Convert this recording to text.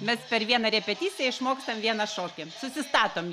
mes per vieną repeticiją išmokstam vieną šokį susistatom